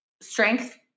strength